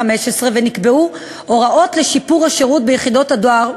ונקבעו הוראות לשיפור השירות ביחידות הדואר,